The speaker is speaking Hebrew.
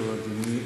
תודה, אדוני.